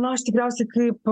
nu aš tikriausiai kaip